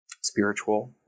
spiritual